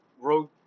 road